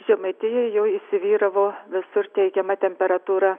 žemaitijoj jau įsivyravo visur teigiama temperatūra